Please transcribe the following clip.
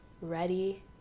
ready